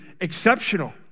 exceptional